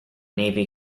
navy